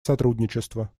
сотрудничество